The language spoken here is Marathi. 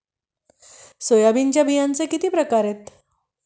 सोयाबीनच्या बियांचे किती प्रकार आहेत?